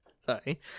Sorry